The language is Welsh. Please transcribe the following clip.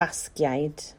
basgiaid